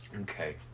Okay